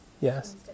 Yes